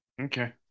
Okay